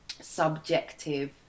subjective